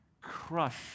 crush